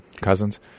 cousins